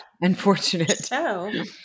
Unfortunate